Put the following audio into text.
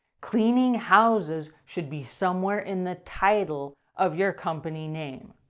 cleaning houses should be somewhere in the title of your company name.